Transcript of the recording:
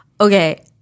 okay